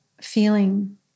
feeling